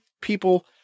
people –